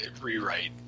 Rewrite